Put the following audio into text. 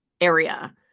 area